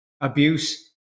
abuse